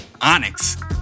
Onyx